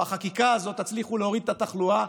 החקיקה הזאת תצליחו להוריד את התחלואה,